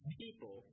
people